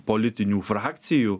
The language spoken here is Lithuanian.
politinių frakcijų